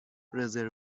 رزرو